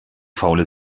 faule